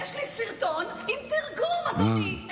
יש לי סרטון עם תרגום, אדוני.